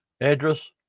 address